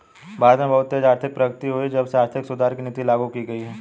भारत में बहुत तेज आर्थिक प्रगति हुई है जब से आर्थिक सुधार की नीति लागू की गयी है